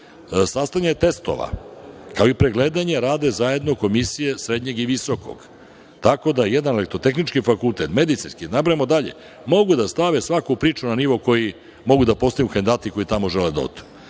Sastavljanje testova, kao i pregledanje rade zajedno komisije srednjeg i visokog, tako da jedan elektrotehnički fakultet, medicinski, da ne nabrajamo dalje, mogu da stave svaku priču na nivo koji mogu da postignu kandidati koji tamo žele da odu,